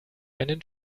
einen